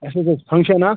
اسہِ حظ ٲس فنٛکشن اَکھ